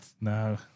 No